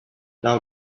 now